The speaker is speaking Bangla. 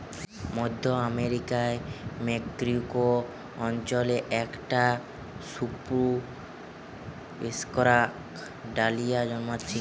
মধ্য আমেরিকার মেক্সিকো অঞ্চলে একটা সুপুষ্পক ডালিয়া জন্মাচ্ছে